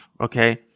okay